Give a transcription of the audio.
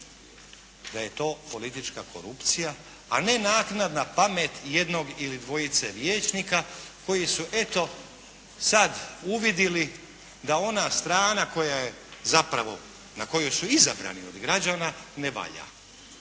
da je to politička korupcija, a ne naknadna pamet jednog ili dvojice liječnika koji su, eto sad uvidjeli da ona strana koja je zapravo, na koju su izabrani od građana ne valja.